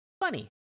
funny